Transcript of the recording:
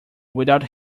without